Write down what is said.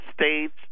States